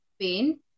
pain